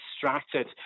distracted